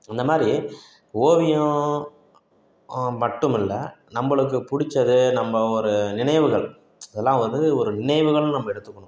அந்தமாதிரி ஓவியம் மட்டுமில்லை நம்மளுக்கு பிடிச்சது நம்ம ஒரு நினைவுகள் இதெல்லாம் வந்து ஒரு நினைவுகள்னு நம்ம எடுத்துக்கணும்